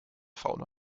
fauna